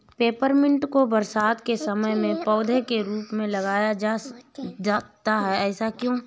Peppermint को बरसात के समय पौधे के रूप में लगाया जाता है ऐसा क्यो?